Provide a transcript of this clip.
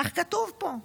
כך כתוב פה.